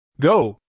Go